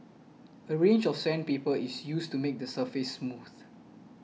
a range of sandpaper is used to make the surface smooth